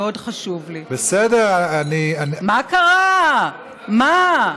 מאוד חשוב לי, בסדר, אני, מה קרה, מה?